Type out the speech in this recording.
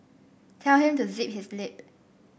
tell him to zip his lip